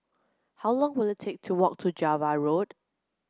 how long will it take to walk to Java Road